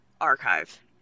archive